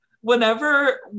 whenever